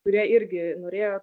kurie irgi norėjo